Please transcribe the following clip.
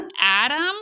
Adam